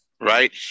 Right